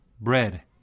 bread